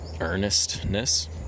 earnestness